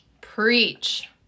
preach